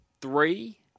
three